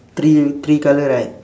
tree tree colour right